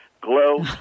glow